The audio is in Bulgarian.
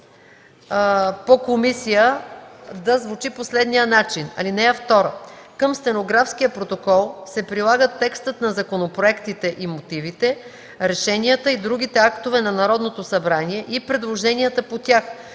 по комисия да звучи по следния начин: „(2) Към стенографския протокол се прилагат текстът на законопроектите и мотивите, решенията и другите актове на Народното събрание и предложенията по тях,